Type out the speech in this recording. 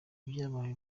byabaye